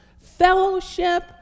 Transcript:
fellowship